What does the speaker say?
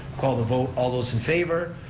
call the vote, all those in favor?